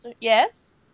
Yes